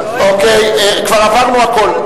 כבר עברנו הכול.